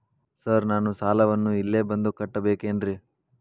Sir ನಾನು ಸಾಲವನ್ನು ಇಲ್ಲೇ ಬಂದು ಕಟ್ಟಬೇಕೇನ್ರಿ?